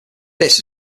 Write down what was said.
this